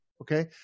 Okay